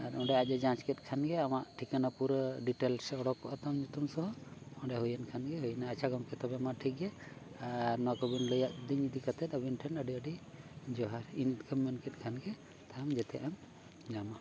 ᱟᱨ ᱚᱸᱰᱮ ᱟᱡ ᱮ ᱡᱟᱸᱪ ᱠᱮᱫ ᱠᱷᱟᱱᱜᱮ ᱟᱢᱟᱜ ᱴᱷᱤᱠᱟᱹᱱᱟ ᱯᱩᱨᱟᱹ ᱰᱤᱴᱮᱞᱥ ᱚᱰᱚᱠᱚᱜᱼᱟ ᱛᱟᱢ ᱧᱩᱛᱩᱢ ᱥᱚᱦᱚ ᱚᱸᱰᱮ ᱦᱩᱭᱮᱱ ᱱᱠᱷᱟᱱᱜᱮ ᱦᱩᱭᱱᱟ ᱟᱪᱪᱷᱟ ᱜᱚᱢᱠᱮ ᱛᱚᱵᱮᱢᱟ ᱴᱷᱤᱠ ᱜᱮᱭᱟ ᱟᱨ ᱱᱚᱣᱟ ᱠᱚᱵᱤᱱ ᱞᱟᱹᱭᱟᱫᱤᱧ ᱤᱫᱤ ᱠᱟᱛᱮᱫ ᱟᱵᱤᱱ ᱴᱷᱮᱱ ᱟᱹᱰᱤ ᱟᱹᱰᱤ ᱡᱚᱦᱟᱨ ᱤᱱᱠᱟᱹᱢ ᱢᱮᱱᱠᱮᱫ ᱠᱷᱟᱱᱜᱮ ᱠᱟᱛᱷᱟ ᱟᱢ ᱡᱚᱛᱚᱣᱟᱜ ᱮᱢ ᱧᱟᱢᱟ